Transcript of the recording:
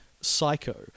Psycho